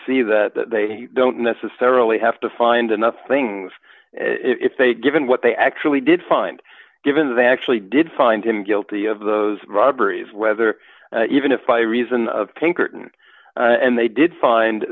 see that they don't necessarily have to find enough things if they given what they actually did find given they actually did find him guilty of those robberies whether even if i reason of pinkerton and they did find